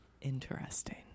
Interesting